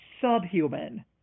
subhuman